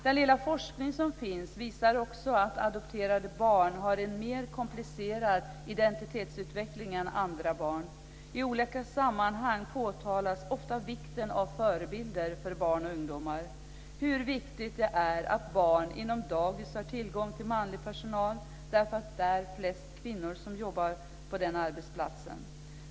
Den lilla forskning som finns visar också att adopterade barn har en mer komplicerad identitetsutveckling än andra barn. I olika sammanhang påpekas ofta vikten av förebilder för barn och ungdomar och hur viktigt det är att barn inom dagis har tillgång till manlig personal därför att det är flest kvinnor som jobbar på en sådan arbetsplats.